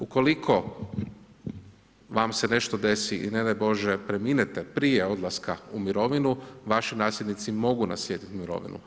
Ukoliko vam se nešto desi i ne daj Bože preminete prije odlaska u mirovinu, vaši nasljednici mogu naslijediti mirovinu.